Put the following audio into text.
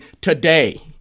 today –